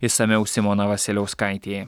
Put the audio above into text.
išsamiau simona vasiliauskaitė